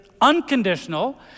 unconditional